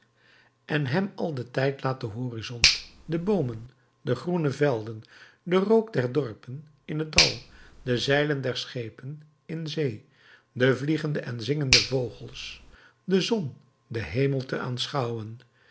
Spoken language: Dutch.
en hem al den tijd laat den horizont de boomen de groene velden den rook der dorpen in het dal de zeilen der schepen in zee de vliegende en zingende vogels de zon den hemel te aanschouwen